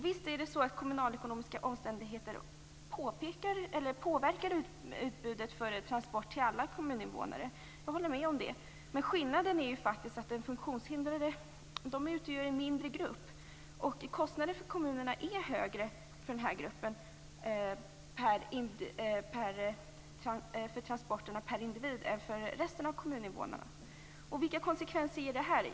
Visst är det så att kommunalekonomiska omständigheter påverkar utbudet av transport till alla kommuninvånare. Jag håller med om det. Men de funktionshindrade utgör ju faktiskt en mindre grupp, och kostnaden för kommunerna för transporter räknat per individ är högre för den här gruppen än för resten av kommuninvånarna. Vilka blir konsekvenserna av det här?